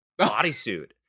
bodysuit